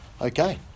Okay